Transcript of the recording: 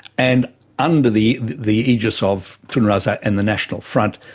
and under the the aegis of tun razak and the national front,